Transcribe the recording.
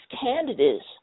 candidates